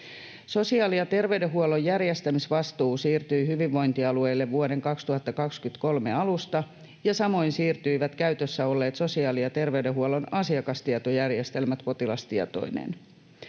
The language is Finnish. Sosiaali- ja terveydenhuollon järjestämisvastuu siirtyi hyvinvointialueille vuoden 2023 alusta ja samoin siirtyivät käytössä olleet sosiaali- ja terveydenhuollon asiakastietojärjestelmät potilastietoineen.